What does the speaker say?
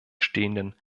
stehenden